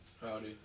Howdy